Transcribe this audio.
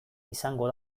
izango